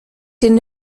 den